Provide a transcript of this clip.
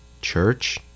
Church